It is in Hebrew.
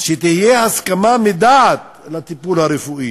שתהיה הסכמה מדעת לטיפול הרפואי